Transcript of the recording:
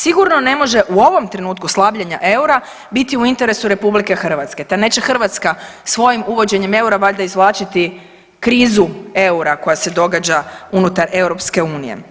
Sigurno ne može u ovom trenutku slabljenja eura biti u interesu RH te neće Hrvatska svojim uvođenjem eura valjda izvlačiti krizu eura koja se događa unutar EU.